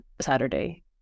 Saturday